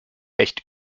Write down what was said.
echt